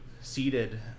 seated